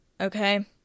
Okay